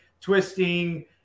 twisting